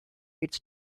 its